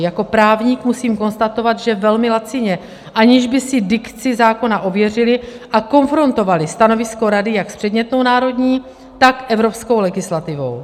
Jako právník musím konstatovat, že velmi lacině, aniž by si dikci zákona ověřili a konfrontovali stanovisko rady jak s předmětnou národní, tak evropskou legislativou.